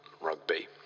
rugby